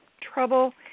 trouble